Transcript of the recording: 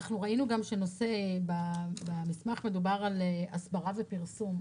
אנחנו ראינו גם שבמסמך מדובר גם על הסברה ופרסום.